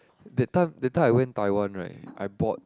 that time that time I went Taiwan right I bought